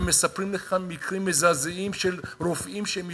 והם מספרים לך מקרים מזעזעים של רופאים שהם